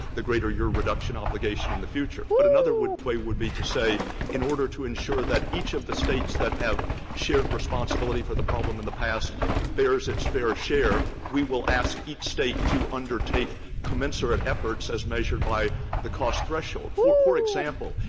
the greater your reduction obligation in the future. but another way would be to say in order to ensure that each of the states that have shared responsibility for the problem in the past bears its fair share, we will ask each state to undertake commensurate efforts as measured by the cost threshold. for for example,